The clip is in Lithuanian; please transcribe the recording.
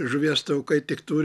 žuvies taukai tik turi